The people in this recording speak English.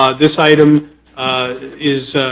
ah this item is